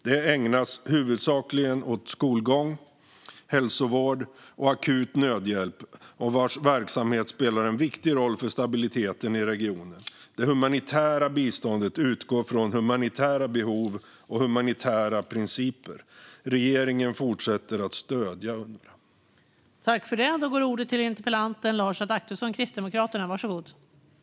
Det ägnas huvudsakligen åt skolgång, hälsovård och akut nödhjälp, och dess verksamhet spelar en viktig roll för stabiliteten i regionen. Det humanitära biståndet utgår från humanitära behov och humanitära principer. Regeringen avser att fortsätta att stödja Unrwa.